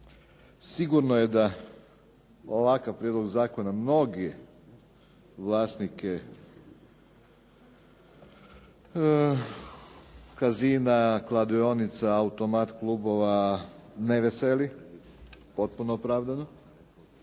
sigurno je da ovakav prijedlog zakona mnogi vlasnike casina, kladionica, automat klubova ne veseli potpuno opravdano